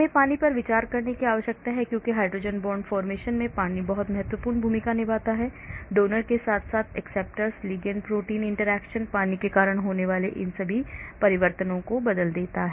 हमें पानी पर विचार करने की आवश्यकता है क्योंकि hydrogen bond formation में पानी बहुत महत्वपूर्ण भूमिका निभाता है दाता के साथ साथ स्वीकर्ता लिगैंड प्रोटीन इंटरैक्शन पानी के कारण होने वाले इन सभी परिवर्तनों को बदल देता है